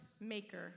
maker